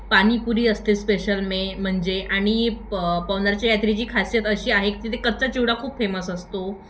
पाणीपुरी असते स्पेशल मे म्हणजे आणि प पवनारच्या यात्रेची खासियत अशी आहे तिथे कच्चा चिवडा खूप फेमस असतो